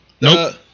Nope